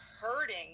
hurting